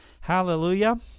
Hallelujah